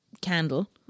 candle